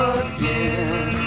again